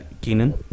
Keenan